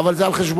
אבל זה על חשבונך.